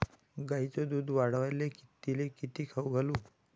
गायीचं दुध वाढवायले तिले काय खाऊ घालू?